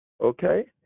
okay